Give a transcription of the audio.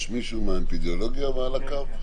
יש מישהו מהאפידמיולוגיה על הקו?